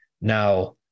Now